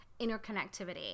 interconnectivity